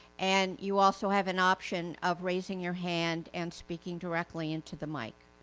and, you also have an option of raising your hand and speaking directly into the mic.